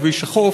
כביש החוף.